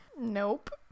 Nope